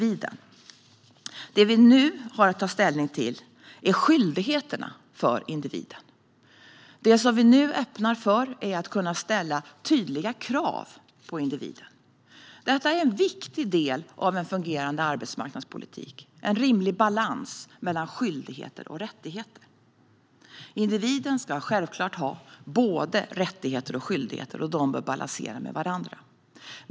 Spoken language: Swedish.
Vad vi nu har att ta ställning till är individens skyldigheter. Nu öppnar vi för att kunna ställa tydliga krav på individen. Att det finns en balans mellan skyldigheter och rättigheter är en viktig del av en fungerande arbetsmarknadspolitik. Individen ska självklart ha både rättigheter och skyldigheter, och de bör balanseras.